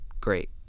great